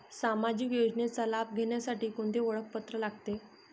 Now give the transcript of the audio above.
सामाजिक योजनेचा लाभ घेण्यासाठी कोणते ओळखपत्र लागते?